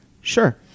Sure